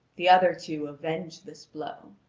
the other two avenge this blow.